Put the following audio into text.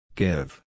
give